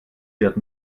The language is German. wird